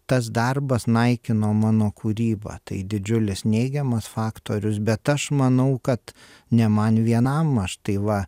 tas darbas naikino mano kūrybą tai didžiulis neigiamas faktorius bet aš manau kad ne man vienam aš tai va